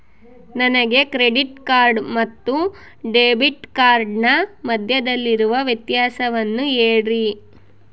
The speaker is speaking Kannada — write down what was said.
ನನಗೆ ಕ್ರೆಡಿಟ್ ಕಾರ್ಡ್ ಮತ್ತು ಡೆಬಿಟ್ ಕಾರ್ಡಿನ ಮಧ್ಯದಲ್ಲಿರುವ ವ್ಯತ್ಯಾಸವನ್ನು ಹೇಳ್ರಿ?